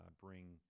bring